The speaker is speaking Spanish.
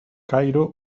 cairo